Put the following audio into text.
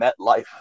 MetLife